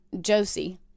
Josie